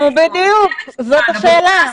נו בדיוק, זאת השאלה,